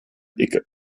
icke